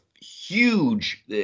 huge